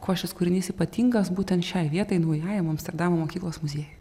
kuo šis kūrinys ypatingas būtent šiai vietai naujajam amsterdamo mokyklos muziejui